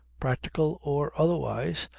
practical or otherwise,